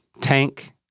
tank